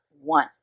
one